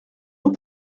nous